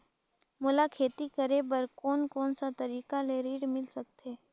मोला खेती करे बर कोन कोन सा तरीका ले ऋण मिल सकथे?